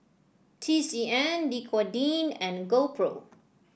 T C M Dequadin and GoPro